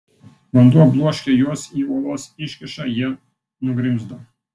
vanduo bloškė juos į uolos iškyšą jie nugrimzdo